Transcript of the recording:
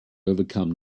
overcome